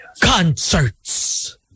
Concerts